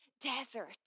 desert